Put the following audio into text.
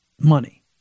money